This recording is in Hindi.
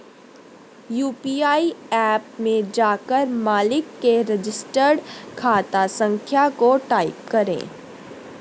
यू.पी.आई ऐप में जाकर मालिक के रजिस्टर्ड खाता संख्या को टाईप करें